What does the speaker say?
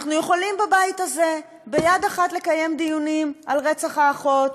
אנחנו יכולים בבית הזה ביד אחת לקיים דיונים על רצח האחות